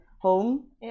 home